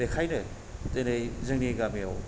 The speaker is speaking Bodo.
बेखायनो दिनै जोंनि गामियाव